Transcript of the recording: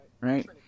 right